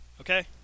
Okay